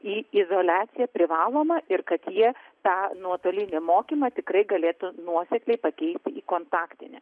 į izoliaciją privalomą ir kad jie tą nuotolinį mokymą tikrai galėtų nuosekliai pakeisti į kontaktinį